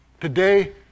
today